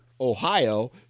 Ohio